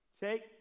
take